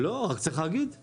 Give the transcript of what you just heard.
רק צריך להגיד.